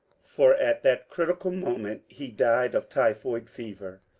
for at that critical moment he died of typhoid fever,